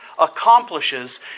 accomplishes